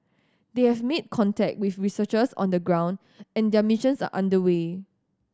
they have made contact with researchers on the ground and their missions are under way